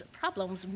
problems